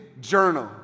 journal